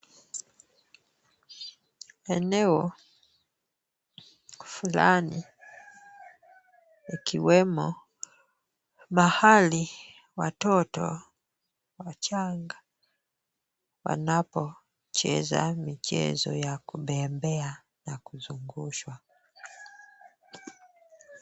Eneo fulani, ikiwemo mahali watoto wachanga wanapocheza mchezo ya kubembea na kuzungushwa.